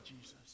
Jesus